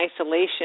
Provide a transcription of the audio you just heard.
isolation